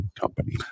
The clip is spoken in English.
Company